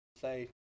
say